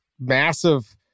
massive